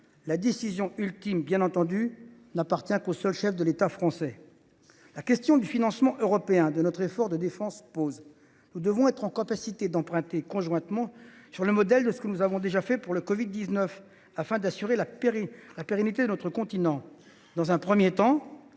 La décision ultime n’appartient naturellement qu’au seul chef de l’État français. La question du financement européen de notre effort de défense se pose. Nous devons être en mesure d’emprunter conjointement, sur le modèle de ce que nous avons déjà fait pour la covid 19, afin d’assurer la pérennité de notre continent. Dans un premier temps,